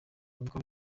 ubwo